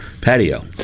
patio